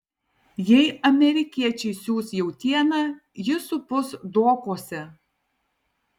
jei amerikiečiai siųs jautieną ji supus dokuose